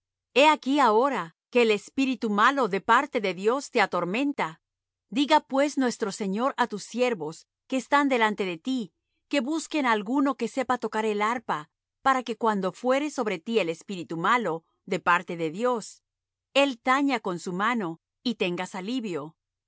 he aquí ahora que el espíritu malo de parte de dios te atormenta diga pues nuestro señor á tus siervos que están delante de ti que busquen alguno que sepa tocar el arpa para que cuando fuere sobre ti el espíritu malo de parte de dios él taña con su mano y tengas alivio